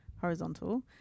horizontal